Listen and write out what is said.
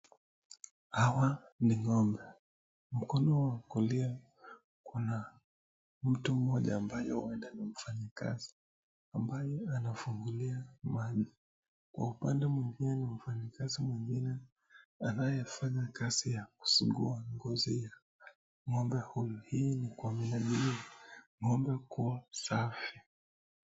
Hawa ni ng'ombe mkono wa kulia kuna mtu mmoja ambaye huenda ni mfanyakazi ambaye anafungulia maji kwa upande mwingine mfanyakazi mwingine anayefanya kazi ya kusugua ngozi ya ng'ombe huyu hii ni kwa minajili ng'ombe kuwa safi.